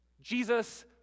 Jesus